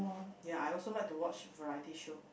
ya I also like to watch variety show